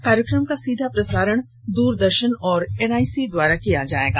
इस कार्यक्रम का सीधा प्रसारण दूरदर्शन और एनआईसी द्वारा किया जाएगा